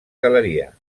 galeria